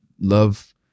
love